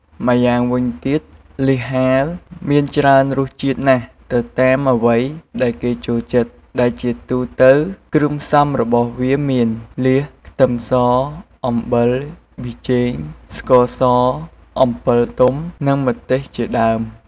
ម្យ៉ាងវិញទៀតលៀសហាលមានច្រើនរសជាតិណាស់ទៅតាមអ្វីដែលគេចូលចិត្ត ដែលជាទូទៅគ្រឿងផ្សំរបស់វាមាន លៀស ខ្ទឹមស អំបិល ប៊ីចេង ស្ករស អំពិលទុំ និងម្ទេសជាដើម។